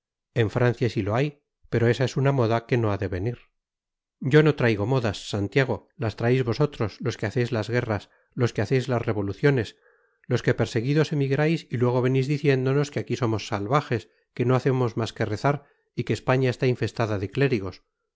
en francia sí lo hay pero esa es una moda que no ha de venir yo no traigo modas santiago las traéis vosotros los que hacéis las guerras los que hacéis las revoluciones los que perseguidos emigráis y luego venís diciéndonos que aquí somos salvajes que no hacemos más que rezar y que españa está infestada de clérigos